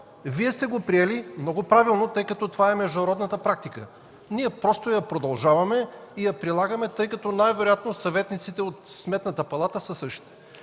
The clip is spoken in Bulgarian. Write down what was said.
Вие сте го приели много правилно, тъй като това е международната практика. Ние просто я продължаваме и я прилагаме, тъй като най-вероятно съветниците от Сметната палата са същите.